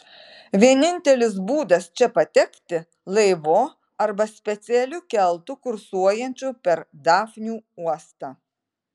vienintelis būdas čia patekti laivu arba specialiu keltu kursuojančiu per dafnių uostą